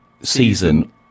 season